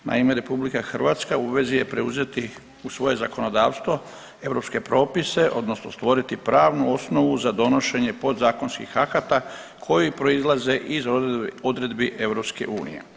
Naime, RH u obvezi je preuzeti u svoje zakonodavstvo europske propise odnosno stvoriti pravnu osnovu za donošenje podzakonskih akata koji proizlaze iz odredbi EU.